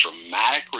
dramatic